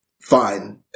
Fine